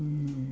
mmhmm